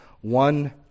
One